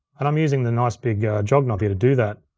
and i'm using the nice, big jog knob here to do that.